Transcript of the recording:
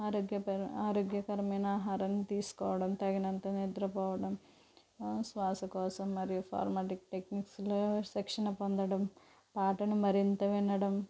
ఆరోగ్యపరమైన ఆరోగ్యకరమైన ఆహారం తీసుకోవడం తగినంత నిద్రపోవడం శ్వాస కోశం మరియు ఫార్మాడిక్ టెక్నిక్స్ను శిక్షణ పొందడం పాటను మరింత వినడం